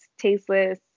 tasteless